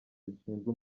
zishinzwe